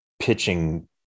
pitching